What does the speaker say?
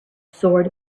sword